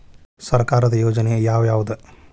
ಸರ್ಕಾರದ ಯೋಜನೆ ಯಾವ್ ಯಾವ್ದ್?